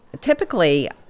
Typically